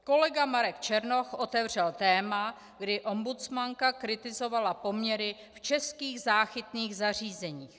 Kolega Marek Černoch otevřel téma, kdy ombudsmanka kritizovala poměry v českých záchytných zařízeních.